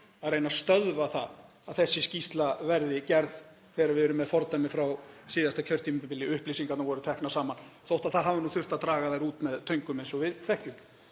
að reyna að stöðva það að þessi skýrsla verði gerð þegar við erum með fordæmi frá síðasta kjörtímabili. Upplýsingarnar voru teknar saman þó að það hafi þurft að draga þær út með töngum eins og við þekkjum.